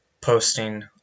posting